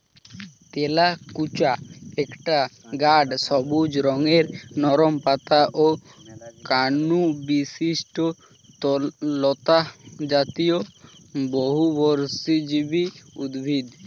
তেলাকুচা একটা গাঢ় সবুজ রঙের নরম পাতা ও কাণ্ডবিশিষ্ট লতাজাতীয় বহুবর্ষজীবী উদ্ভিদ